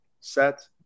set